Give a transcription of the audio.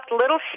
little